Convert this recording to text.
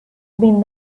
been